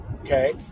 okay